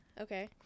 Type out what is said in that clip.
Okay